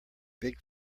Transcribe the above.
big